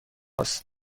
است